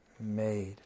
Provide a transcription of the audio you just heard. made